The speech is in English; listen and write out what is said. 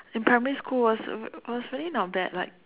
in primary school was was really not bad like